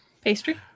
Pastry